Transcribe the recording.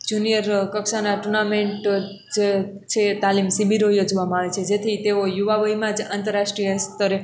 junior કક્ષાના tournament જ છે તાલીમ શિબીરો યોજવામાં આવે છે જેથી તેઓ યુવા વયમાં જ આંતરરાષ્ટ્રિય સ્તરે